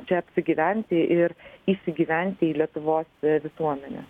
čia apsigyventi ir įsigyventi į lietuvos visuomenę